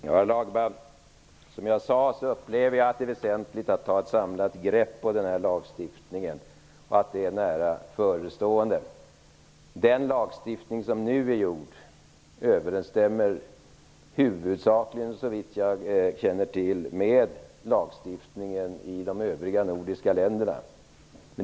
Herr talman! Jag upplever att det är väsentligt att ta ett samlat grepp om lagstiftningen. Det är nära förestående. Den föreslagna lagstiftningen överensstämmer huvudsakligen, så vitt jag känner till, med lagstiftningen i de övriga nordiska länderna.